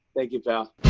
thank you, pal.